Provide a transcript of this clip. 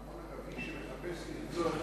את המשפט שלך.